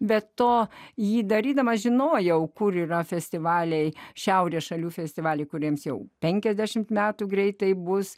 be to jį darydamas žinojau kur yra festivaliai šiaurės šalių festivalyje kuriems jau penkiasdešimt metų greitai bus